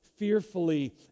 fearfully